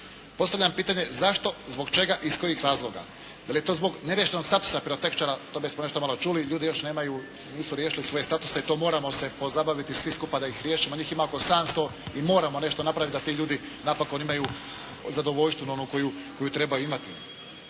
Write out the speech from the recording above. Postavljam pitanje zašto, zbog čega, iz kojih razloga? Da li je to zbog neriješenog statusa pirotehničara, o tome smo nešto malo čuli, ljudi još nemaju, nisu riješili svoje statuse, to moramo se pozabaviti svi skupa da ih riješimo, njih ima oko 700 i moramo nešto napraviti da ti ljudi napokon imaju zadovoljštinu, onu koju trebaju imati.